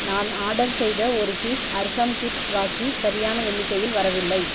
நான் ஆடர் செய்த ஒரு பீஸ் அர்ஹம் கிட்ஸ் ராக்கி சரியான எண்ணிக்கையில் வரவில்லை